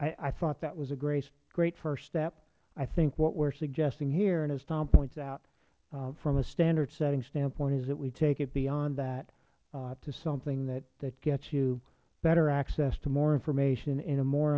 i thought that was a great first step i think what we are suggesting here and as tom points out from a standards setting standpoint is that we take it beyond that to something that gets you better access to more information in a more